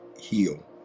heal